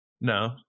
No